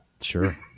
sure